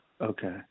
Okay